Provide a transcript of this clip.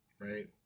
right